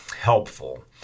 helpful